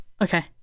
okay